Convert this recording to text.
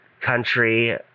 Country